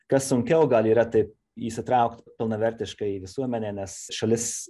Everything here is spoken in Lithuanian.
kas sunkiau gal yra tai įsitraukt pilnavertiškai į visuomenę nes šalis